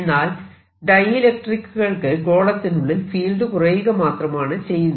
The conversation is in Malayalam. എന്നാൽ ഡൈഇലക്ട്രിക്കുകൾക്ക് ഗോളത്തിനുള്ളിൽ ഫീൽഡ് കുറയുക മാത്രമാണ് ചെയ്യുന്നത്